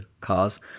cars